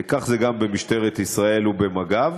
כך זה גם במשטרת ישראל ובמג"ב.